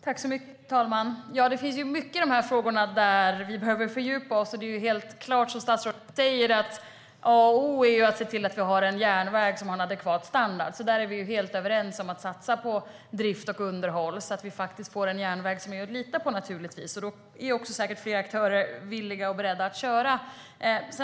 Fru talman! Det finns mycket i dessa frågor vi behöver fördjupa oss i. Som statsrådet säger är det A och O att se till att vi har en järnväg som har en adekvat standard. Vi är helt överens om att satsa på drift och underhåll så att vi får en järnväg som är att lita på. Då blir säkert fler aktörer villiga och beredda att köra också.